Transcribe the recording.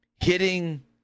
hitting